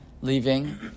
leaving